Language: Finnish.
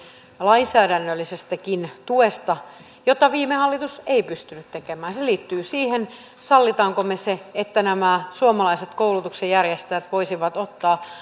lainsäädännöllisestäkin tuesta jota viime hallitus ei pystynyt tekemään se liittyy siihen sallimmeko me sen että nämä suomalaiset koulutuksen järjestäjät voisivat ottaa